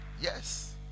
Yes